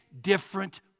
different